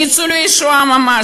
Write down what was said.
ניצולי השואה ממש,